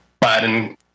Biden